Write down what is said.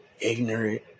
ignorant